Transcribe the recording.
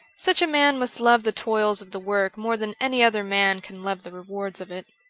such a man must love the toils of the work more than any other man can love the rewards of it.